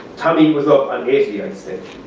tommy was up on eighty, i'd say,